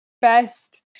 best